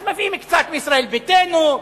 אז מביאים קצת מישראל ביתנו,